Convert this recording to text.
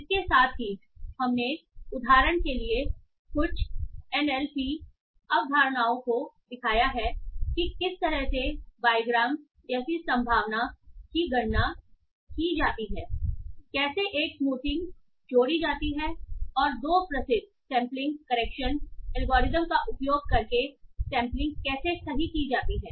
इसके साथ ही हमने उदाहरण के लिए कुछ एनएलपी अवधारणाओं को दिखाया है कि किस तरह से बाईग्राम जैसी संभावना की गणना की जाती हैकैसे एक स्मूथिंग जोड़ी जाती है और 2 प्रसिद्ध स्पेलिंग करेक्शन एल्गोरिदम का उपयोग करके स्पेलिंग कैसे सही की जाती हैं